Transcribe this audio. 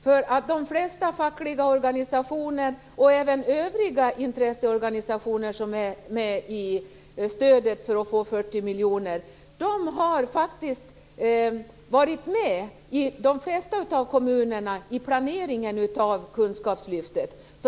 I de flesta kommuner har många fackliga organisationer och även övriga intresseorganisationer som omfattas av stödet 40 miljoner faktiskt varit med i planeringen av kunskapslyftet.